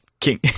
King